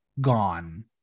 gone